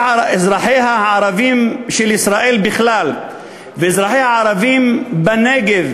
הערבים של ישראל בכלל ואזרחיה הערבים בנגב,